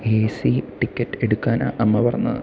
A C ticket എടുക്കാനാണ് അമ്മ പറഞ്ഞത്